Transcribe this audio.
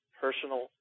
personal